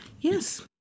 yes